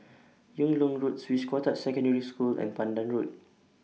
Yung Loh Road Swiss Cottage Secondary School and Pandan Road